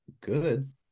good